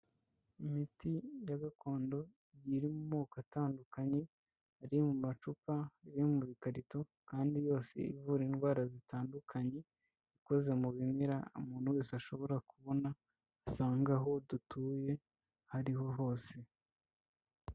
Imiti ya gakondo igiye iri mu moko atandukanye iri mu macupa, iri mu makarito kandi yose ivura indwara zitandukanye, ikoze mu bimera umuntu wese ashobora kubona usanga aho dutuye aho ari ho hose.